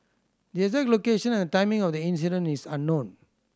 the exact location and the timing of the incident is unknown